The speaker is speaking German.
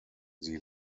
sie